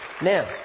Now